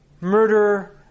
murderer